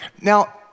Now